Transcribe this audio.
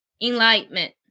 enlightenment